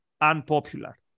unpopular